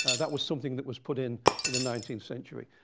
that was something that was put in in the nineteenth century.